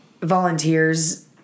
volunteers